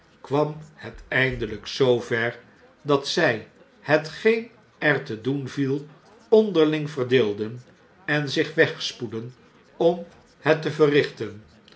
kwam het eindelp zoo ver dat zij hetgeen er te doen viel onderling verdeelden en zich wegspoedden om het te verrichten